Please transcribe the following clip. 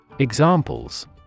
Examples